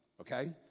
Okay